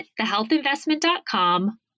thehealthinvestment.com